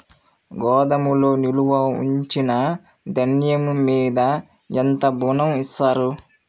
గోదాములో నిల్వ ఉంచిన ధాన్యము మీద ఎంత ఋణం ఇస్తారు?